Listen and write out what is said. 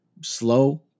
slow